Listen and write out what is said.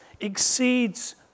exceeds